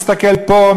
מסתכל פה,